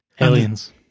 Aliens